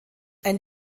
ein